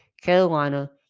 Carolina